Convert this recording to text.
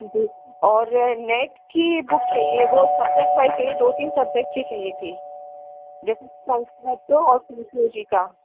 जी और नेट की बुक चाहिए वह सब्जेक्टवाइज चाहिए दो तीन सब्जेक्ट की चाहिए थी जैसे संस्कृत और सोसलॉजी का